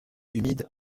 humide